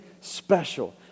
special